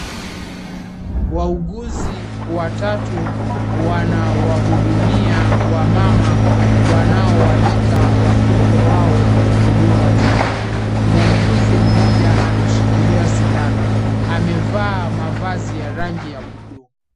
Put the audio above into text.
Wauguzi watatu wanawahudumia wamama wanao waleta watoto wao kudungwa chanjo. Muuguzi mmoja ameshikilia sindano, amevaa mavazi ya rangi ya buluu.